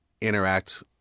interact